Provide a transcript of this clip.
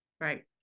right